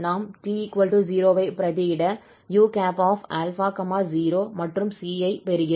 நாம் 𝑡 0 ஐ பிரதியிட u∝ 0 மற்றும் c ஐ பெறுகிறோம்